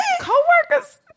Co-workers